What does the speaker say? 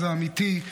זה אמיתי.